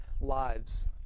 lives